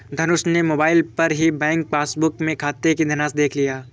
धनुष ने मोबाइल पर ही बैंक पासबुक में खाते की धनराशि देख लिया